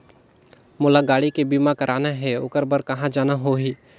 मोला गाड़ी के बीमा कराना हे ओकर बार कहा जाना होही?